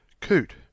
Coot